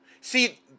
See